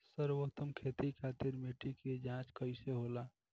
सर्वोत्तम खेती खातिर मिट्टी के जाँच कइसे होला?